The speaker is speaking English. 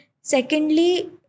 Secondly